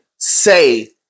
say